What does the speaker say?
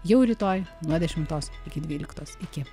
jau rytoj nuo dešimtos iki dvyliktos iki